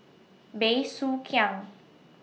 Bey Soo Khiang